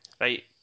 Right